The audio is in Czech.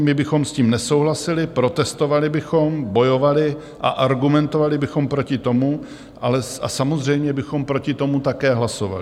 My bychom s tím nesouhlasili, protestovali bychom, bojovali a argumentovali bychom proti tomu a samozřejmě bychom proti tomu také hlasovali.